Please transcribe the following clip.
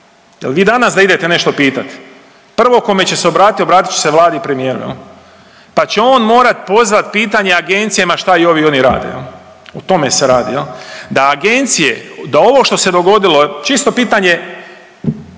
Jer vi danas da idete nešto pitati, prvo kome će se obratiti, obratiti će se Vladi i premijeru pa će on morati pozvati pitanje agencijama šta i ovi, oni radi. O tome se radi, da agencije, da ovo što se dogodilo, čisto pitanje